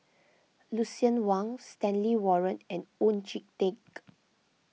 Lucien Wang Stanley Warren and Oon Jin Teik